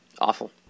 Awful